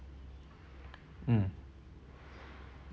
mm